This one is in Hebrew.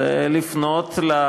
זה תמיד היה